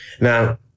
Now